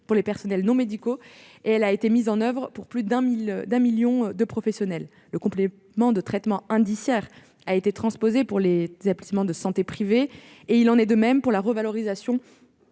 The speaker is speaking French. pour les personnels non médicaux, et elle a été mise en oeuvre pour plus d'un million de professionnels. Le complément de traitement indiciaire a été transposé pour les établissements de santé privés, et il en est de même de la revalorisation